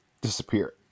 disappear